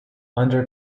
under